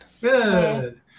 Good